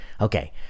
Okay